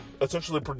essentially